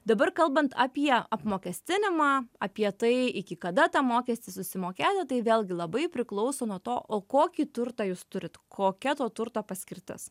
dabar kalbant apie apmokestinimą apie tai iki kada tą mokestį susimokėti tai vėlgi labai priklauso nuo to o kokį turtą jūs turit kokia to turto paskirtis